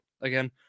again